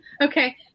Okay